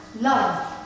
love